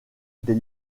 des